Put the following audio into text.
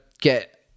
get